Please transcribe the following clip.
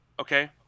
Okay